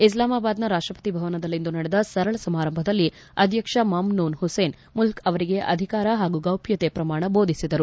ಇಸ್ಲಾಮಾಬಾದ್ನ ರಾಷ್ಷಪತಿ ಭವನದಲ್ಲಿಂದು ನಡೆದ ಸರಳ ಸಮಾರಂಭದಲ್ಲಿ ಅಧ್ಯಕ್ಷ ಮಮ್ ನೂನ್ ಹುಸೇನ್ ಮುಲ್ಲ್ ಅವರಿಗೆ ಅಧಿಕಾರ ಹಾಗೂ ಗೌಪ್ಲತೆ ಪ್ರಮಾಣ ಬೋಧಿಸಿದರು